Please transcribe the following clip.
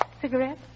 Cigarette